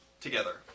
together